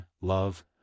love